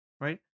right